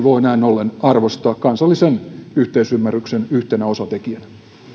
voi näin ollen arvostaa yhtenä kansallisen yhteisymmärryksen osatekijänä